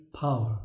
power